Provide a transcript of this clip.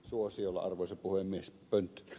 suosiolla arvoisa puhemies pönttöön